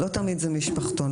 לא תמיד זה משפחתון,